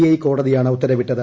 I കോടതിയാണ് ഉത്തരവിട്ടത്